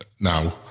now